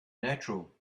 natural